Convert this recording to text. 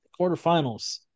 quarterfinals